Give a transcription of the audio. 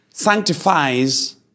sanctifies